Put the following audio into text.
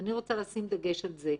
ואני רוצה לשים דגש על זה.